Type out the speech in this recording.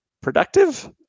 productive